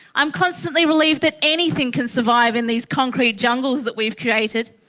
i'm constantly relieved that anything can survive in these concrete jungles that we've created.